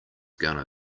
gonna